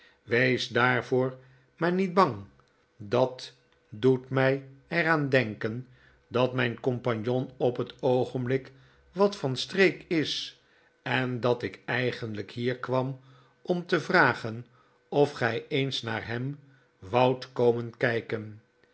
wees daarvoor maar niet bang dat doet mij er aan denken dat mijn compagnon op t oogenblik wat van streek is en dat ik eigenlijk hier kwam ora te vragen of gij eens naar hem woudt komen kijken